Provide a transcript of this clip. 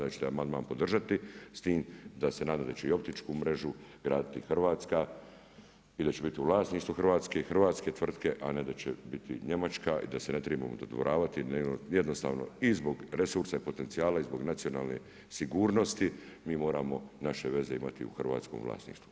amandman podržati s tim da se nadam da će i optičku mrežu graditi Hrvatska i da će biti u vlasništvu Hrvatske, hrvatske tvrtke, a ne da će biti njemačka i da se ne tribamo dodvoravati jednostavno i zbog resursa i potencijala i zbog nacionalne sigurnosti mi moramo naše veze imati u hrvatskom vlasništvu.